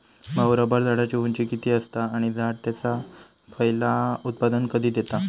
भाऊ, रबर झाडाची उंची किती असता? आणि झाड त्याचा पयला उत्पादन कधी देता?